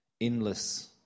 endless